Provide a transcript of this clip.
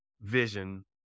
vision